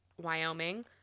wyoming